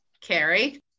Carrie